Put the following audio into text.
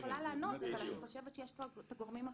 אני יכולה לענות אבל אני חושבת שיש פה את הגורמים הרלוונטיים.